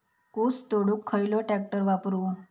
ऊस तोडुक खयलो ट्रॅक्टर वापरू?